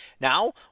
Now